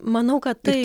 manau kad tai